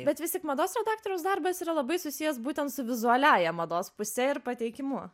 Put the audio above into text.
bet vis tik mados redaktoriaus darbas yra labai susijęs būtent su vizualiąja mados puse ir pateikimu